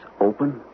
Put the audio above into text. open